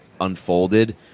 unfolded